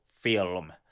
film